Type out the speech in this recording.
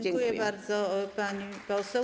Dziękuję bardzo pani poseł.